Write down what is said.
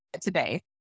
today